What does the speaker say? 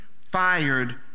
fired